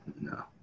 No